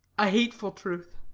a hateful truth.